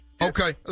Okay